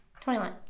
Twenty-one